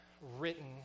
written